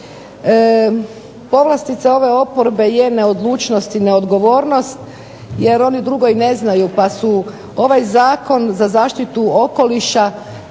povlastica ove oporbe jest neodlučnost i neodgovornost jer oni drugo i ne znaju pa su i ovaj Zakon o zaštiti okoliša